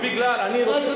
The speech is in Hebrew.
הצבעה.